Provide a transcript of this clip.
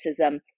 racism